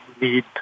need